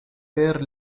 were